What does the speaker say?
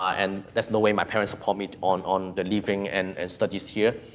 ah and there's no way my parents support me on on the leaving and and studies here,